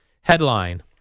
Headline